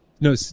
no